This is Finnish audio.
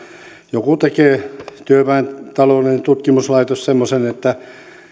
joku tekee työväen taloudellinen tutkimuslaitos semmoisen että